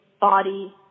body